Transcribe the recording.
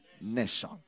Nation